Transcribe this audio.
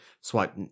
swipe